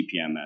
TPMS